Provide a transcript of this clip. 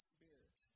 Spirit